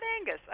Angus